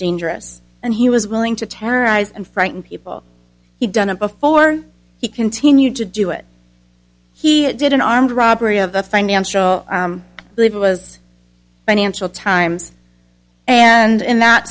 dangerous and he was willing to terrorize and frighten people he done it before he continued to do it he did an armed robbery of a financial leave it was financial times and in that